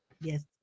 Yes